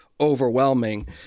overwhelming